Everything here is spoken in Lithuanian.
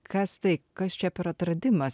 kas tai kas čia per atradimas